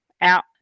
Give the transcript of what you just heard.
out